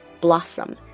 blossom